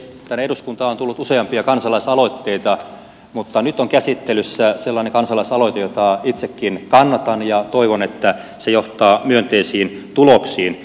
tänne eduskuntaan on tullut useampia kansalaisaloitteita mutta nyt on käsittelyssä sellainen kansalaisaloite jota itsekin kannatan ja toivon että se johtaa myönteisiin tuloksiin